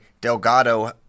Delgado